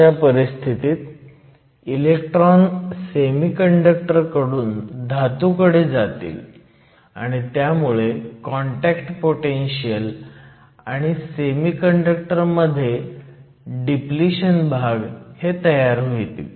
अशा परिस्थितीत electron semiconductor कडून धातू कडे जातील आणि त्यामुळे कॉन्टॅक्ट पोटेनशीयल आणि सेमीकंडक्टर मध्ये डिप्लिशन भाग तयार होईल